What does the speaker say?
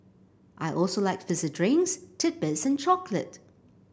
I also like fizzy drinks titbits and chocolate